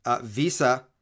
visa